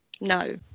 No